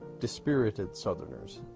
dispirited southerners.